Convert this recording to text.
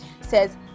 says